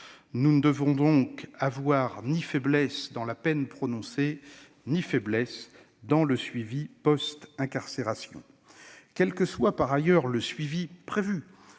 Nous ne devons donc avoir ni faiblesse dans la peine prononcée ni faiblesse dans le suivi post-incarcération Par ailleurs, quel que soit le suivi prévu,